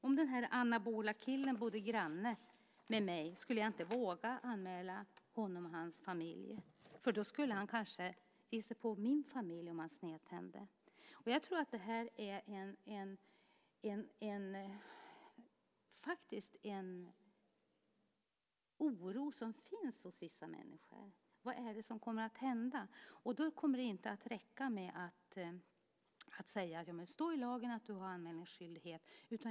Om den här anabola killen bodde granne med mig skulle jag inte våga anmäla honom och hans familj, för då skulle han kanske ge sig på min familj om han snedtände. Jag tror att det här är en oro som finns hos vissa människor. Vad är det som kommer att hända? Då kommer det inte att räcka med att säga att det står i lagen att du har anmälningsskyldighet.